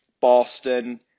Boston